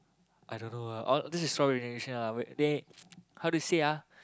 I don't know ah all this is strawberry generation ah but they how do say ah